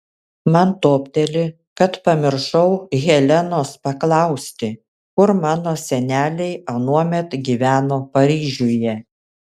man topteli kad pamiršau helenos paklausti kur mano seneliai anuomet gyveno paryžiuje